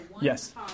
Yes